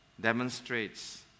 demonstrates